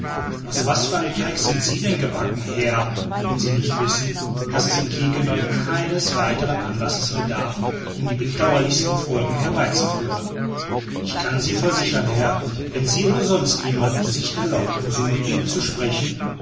aus was für einem teig sind sie denn gebacken herr wenn sie nicht wissen daß es in quiquendone keines weiteren anlasses bedarf um die bedauerlichsten folgen herbeizuführen ich kann sie versichern herr wenn sie oder sonst jemand sich erlaubte so mit mir zu sprechen